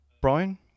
Brian